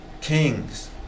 kings